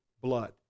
blood